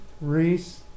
reese